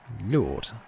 lord